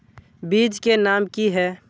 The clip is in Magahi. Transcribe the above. बीज के नाम की है?